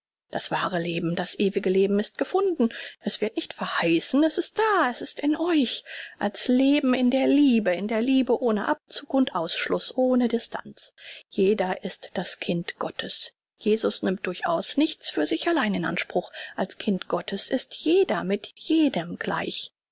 das wahre leben das ewige leben ist gefunden es wird nicht verheißen es ist da es ist in euch als leben in der liebe in der liebe ohne abzug und ausschluß ohne distanz jeder ist das kind gottes jesus nimmt durchaus nichts für sich allein in anspruch als kind gottes ist jeder mit jedem gleich